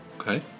okay